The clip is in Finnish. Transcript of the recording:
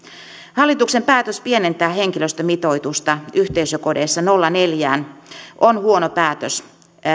hallituksen päätös pienentää henkilöstömitoitusta yhteisökodeissa nolla pilkku neljään on huono päätös